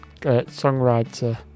songwriter